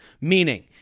meaning